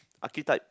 archetypes